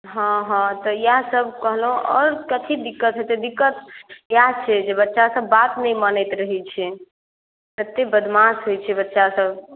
हँ हँ तऽ इएहसभ कहलहुँ आओर कथी दिक्कत हेतै दिक्कत इएह छै जे बच्चासभ बात नहि मानैत रहै छै एतेक बदमाश होइ छै बच्चासभ